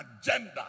agenda